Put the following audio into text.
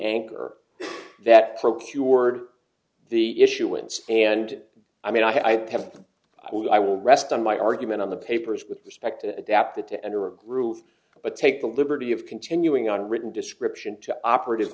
anchor that procured the issuance and i mean i have i will rest on my argument on the papers with respect to adapt it to enter a groove but take the liberty of continuing on written description to operative